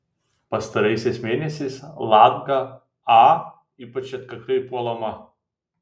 pastaraisiais mėnesiais latga a ypač atkakliai puolama